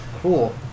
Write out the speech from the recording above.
Cool